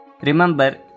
Remember